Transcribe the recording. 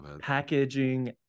packaging